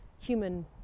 human